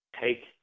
take